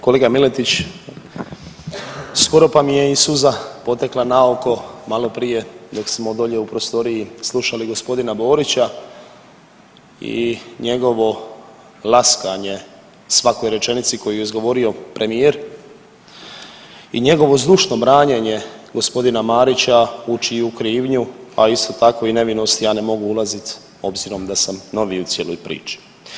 Kolega Miletić skoro pa mi je i suza potekla na oko maloprije dok smo dolje u prostoriji slušali gospodina Borića i njegovo laskanje svakoj rečenici koju je izgovorio premijer i njegovo zdušno branjenje gospodina Marića u čiju krivnju a isto tako i nevinost ja ne mogu ulazit obzirom da sam novi u cijeloj priči.